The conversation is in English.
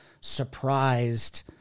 surprised